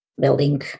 building